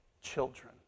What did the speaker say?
children